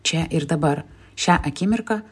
čia ir dabar šią akimirką